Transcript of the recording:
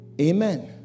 amen